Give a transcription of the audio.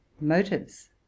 motives